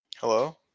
Hello